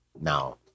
now